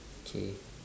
okay